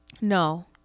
no